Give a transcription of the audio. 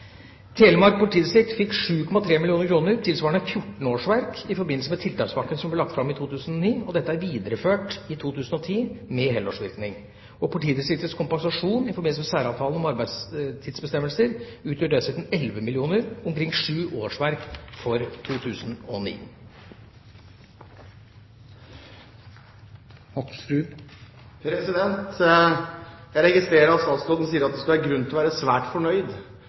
Telemark politidistrikt fikk 7,3 mill. kr, tilsvarende 14 årsverk, i forbindelse med tiltakspakken som ble lagt fram i 2009. Dette er videreført i 2010 med helårsvirkning. Politidistriktets kompensasjon i forbindelse med særavtalen om arbeidstidsbestemmelser utgjør dessuten 11 mill. kr, omkring sju årsverk, for 2010. Jeg registrerer at statsråden sier at det er grunn til å være «svært fornøyd».